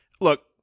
look